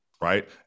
Right